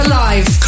Alive